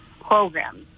programs